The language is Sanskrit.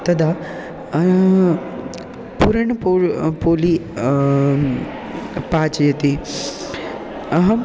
तदा पुरण्पो पोली पाचयति अहं